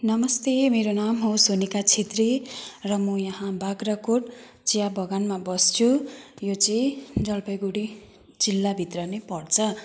नमस्ते मेरो नाम हो सोनिका क्षेत्री र म यहाँ बाग्राकोट चियाबगानमा बस्छु यो चाहिँ जलपाइगुडी जिल्लाभित्र नै पर्छ